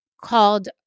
called